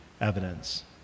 evidence